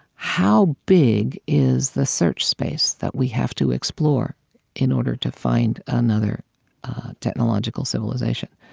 how big is the search space that we have to explore in order to find another technological civilization?